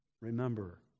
remember